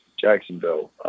Jacksonville